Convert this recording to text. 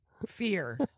fear